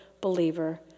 believer